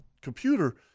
computer